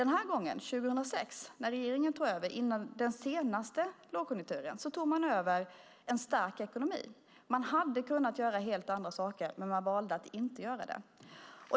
När den här regeringen tog över 2006, före den senaste lågkonjunkturen, tog man över en stark ekonomi. Man hade kunnat göra helt andra saker, men man valde att inte göra det.